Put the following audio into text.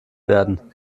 werden